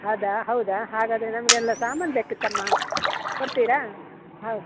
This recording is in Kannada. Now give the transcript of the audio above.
ಹೌದಾ ಹೌದಾ ಹಾಗಾದರೆ ನಮಗೆಲ್ಲ ಸಾಮಾನು ಬೇಕಿತ್ತಮ್ಮ ಕೊಡ್ತೀರಾ ಹೌದು